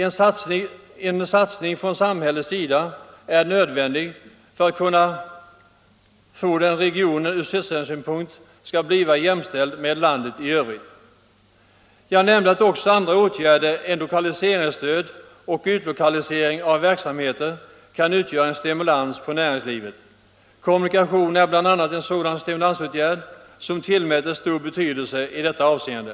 En ökad satsning från samhällets sida är nödvändig för att denna region från sysselsättningssynpunkt skall bli jämställd med landet i övrigt. Som jag nämnde kan också andra åtgärder än lokaliseringsstöd och utlokalisering av verksamheter utgöra en stimulans på näringslivet. Kommunikationerna är en sådan stimulansåtgärd som tillmäts stor betydelse i detta avseende.